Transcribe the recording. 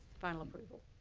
final approval.